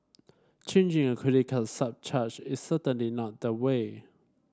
charging a credit surcharge is certainly not the way